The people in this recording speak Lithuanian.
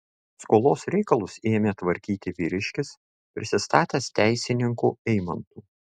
skolos reikalus ėmė tvarkyti vyriškis prisistatęs teisininku eimantu